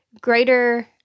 greater